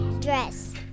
dress